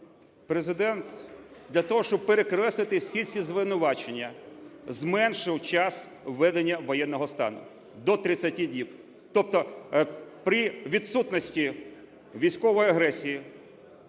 Президент для того, щоб перекреслити всі ці звинувачення, зменшив час введення воєнного стану до 30 діб. Тобто при відсутності військової агресії,